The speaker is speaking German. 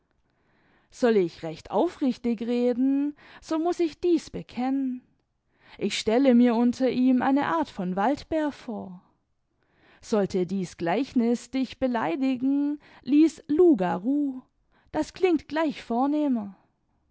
soll ich recht aufrichtig reden so muß ich dieß bekennen ich stelle mir unter ihm eine art von waldbär vor sollte dieß gleichniß dich beleidigen lies loup garou das klingt gleich vornehmer